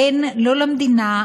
אין לא למדינה,